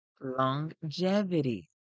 longevity